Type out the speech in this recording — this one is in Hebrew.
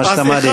מה שאתה מעדיף.